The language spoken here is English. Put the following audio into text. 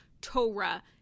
Torah